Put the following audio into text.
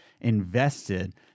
invested